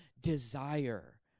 desire